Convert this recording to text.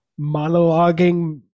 monologuing